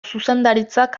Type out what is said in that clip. zuzendaritzak